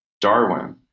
Darwin